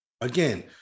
Again